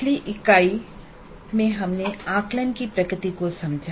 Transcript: पिछली इकाई में हमने आकलन की प्रकृति को समझा